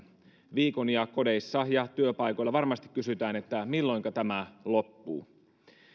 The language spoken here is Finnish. viikon ja kodeissa ja työpaikoilla varmasti kysytään että milloinka tämä loppuu